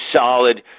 solid –